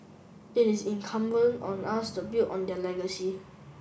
it is incumbent on us to build on their legacy